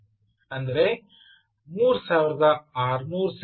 ಅಂದರೆ 3600 ಸೆಕೆಂಡುಗಳು